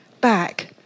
back